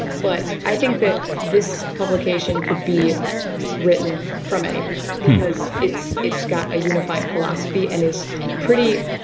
but i think that this publication could be written from anywhere because it's it's got a unifying philosophy and is pretty,